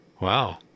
Wow